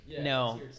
No